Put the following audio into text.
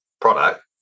product